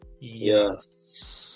Yes